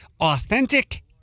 Authentic